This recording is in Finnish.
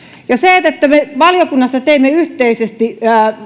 ja se että me valiokunnassa teimme yhteisesti